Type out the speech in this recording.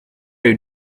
you